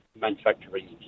manufacturing